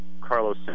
Carlos